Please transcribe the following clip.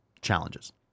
challenges